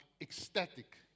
ecstatic